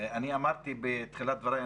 אני אמרתי בתחילת דבריי,